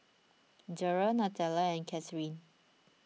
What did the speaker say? Durrell Natalia and Katheryn